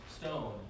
Stone